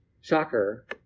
shocker